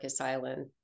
Island